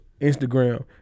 Instagram